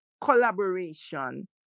collaboration